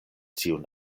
tiun